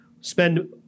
spend